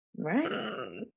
right